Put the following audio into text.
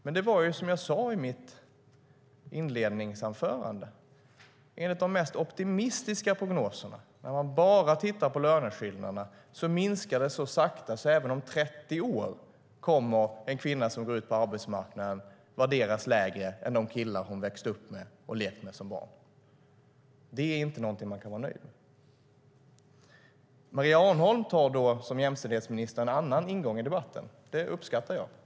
Men som jag sade i mitt inledningsanförande: Enligt de mest optimistiska prognoserna, där man bara tittar på löneskillnaderna, minskar det så sakta att en kvinna som går ut på arbetsmarknaden även om 30 år kommer att värderas lägre än de killar hon växte upp med och lekte med som barn. Det är inte något man kan vara nöjd med. Maria Arnholm tar som jämställdhetsminister en annan ingång i debatten, och det uppskattar jag.